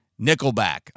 Nickelback